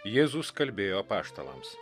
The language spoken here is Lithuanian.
jėzus kalbėjo apaštalams